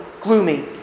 gloomy